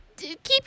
keep